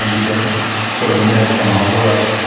um we dont sort of renege on our word,